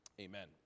amen